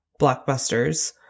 blockbusters